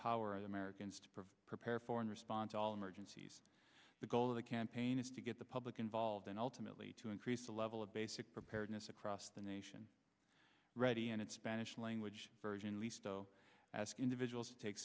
empower the americans prepare for and respond to all emergencies the goal of the campaign is to get the public involved and ultimately to increase the level of basic preparedness across the nation ready and it spanish language version least as individuals take